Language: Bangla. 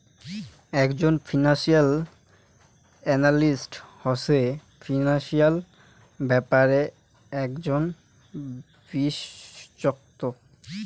একজন ফিনান্সিয়াল এনালিস্ট হসে ফিনান্সিয়াল ব্যাপারে একজন বিশষজ্ঞ